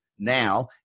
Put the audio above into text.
Now